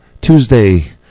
Tuesday